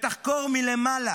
ותחקור מלמעלה,